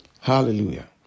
Hallelujah